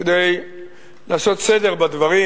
כדי לעשות סדר בדברים